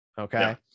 Okay